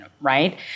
right